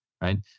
right